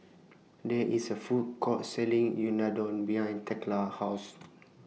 There IS A Food Court Selling Unadon behind Thekla's House